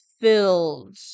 filled